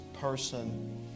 person